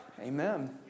Amen